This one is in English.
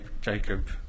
Jacob